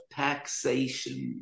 taxation